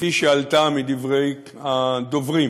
כפי שעלתה מדברי הדוברים.